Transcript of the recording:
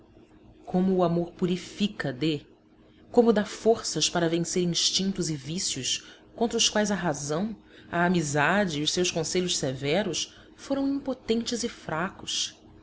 como o amor purifica d como dá forças para vencer instintos e vícios contra os quais a razão a amizade e os seus conselhos severos foram impotentes e fracos